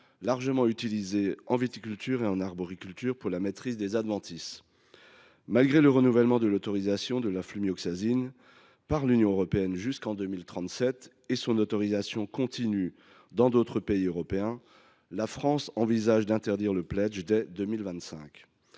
largement utilisé en viticulture et en arboriculture pour la maîtrise des adventices. Malgré le renouvellement de l’autorisation de la flumioxazine par l’Union européenne jusqu’en 2037 et son autorisation continue dans d’autres pays européens, la France envisage d’interdire le Pledge dès 2025.